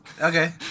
Okay